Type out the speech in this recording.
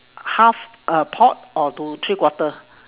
half a pot or to three quarter